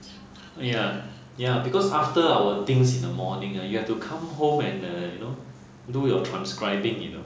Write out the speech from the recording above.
ya ya because after our things in the morning uh you have to come home and uh you know do your transcribing you know